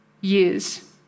years